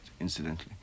incidentally